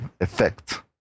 effect